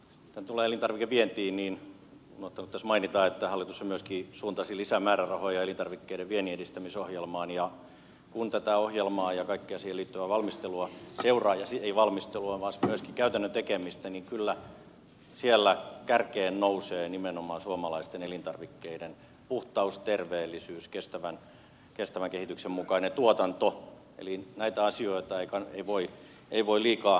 mitä tulee elintarvikevientiin niin olen unohtanut tässä mainita että hallitushan myöskin suuntasi lisämäärärahoja elintarvikkeiden vienninedistämisohjelmaan ja kun tätä ohjelmaa ja kaikkea siihen liittyvää valmistelua seuraa ei valmistelua vaan myöskin käytännön tekemistä niin kyllä siellä kärkeen nousee nimenomaan suomalaisten elintarvikkeiden puhtaus terveellisyys kestävän kehityksen mukainen tuotanto eli näitä asioita ei voi liikaa korostaa